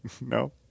No